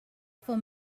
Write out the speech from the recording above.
for